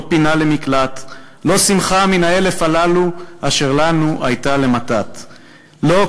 לא פינה למקלט,/ לא שמחה מן האלף הללו/ אשר לנו הייתה למתת.// לא,